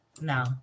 No